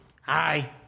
Hi